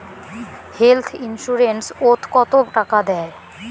Health insurance ওত কত টাকা দেয়?